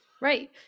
Right